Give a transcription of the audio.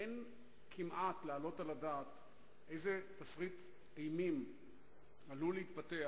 אין כמעט להעלות על הדעת איזה תסריט אימים עלול היה להתפתח